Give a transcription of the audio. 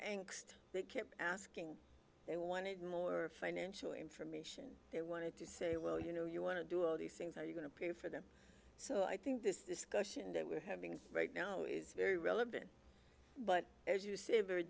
and they kept asking they wanted more financial information they wanted to say well you know you want to do these things are you going to pay for them so i think this discussion that we're having right now is very relevant but as you say very